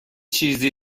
چیزی